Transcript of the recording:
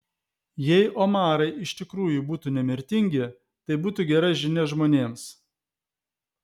jei omarai iš tikrųjų būtų nemirtingi tai būtų gera žinia žmonėms